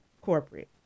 Corporate